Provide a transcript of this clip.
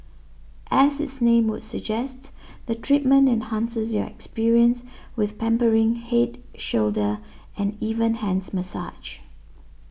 as its name would suggest the treatment enhances your experience with pampering head shoulder and even hands massage